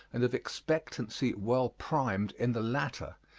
and of expectancy well primed in the latter,